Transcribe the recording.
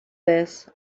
this